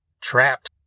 Trapped